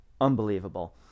unbelievable